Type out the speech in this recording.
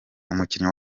umukinnyi